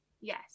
yes